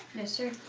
no sir.